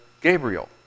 Gabriel